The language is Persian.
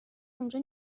اونجا